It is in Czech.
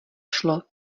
šlo